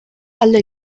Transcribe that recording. alde